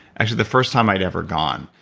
actually, the first time i'd ever gone.